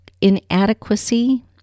inadequacy